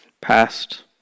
past